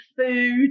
food